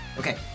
Okay